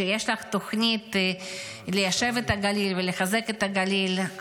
שיש לך תוכנית ליישב את הגליל ולחזק את הגליל.